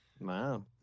Wow